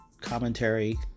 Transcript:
commentary